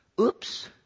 Oops